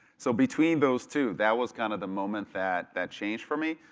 so between those two, that was kind of the moment that that changed for me.